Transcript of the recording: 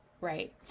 right